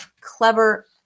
clever